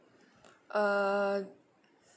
uh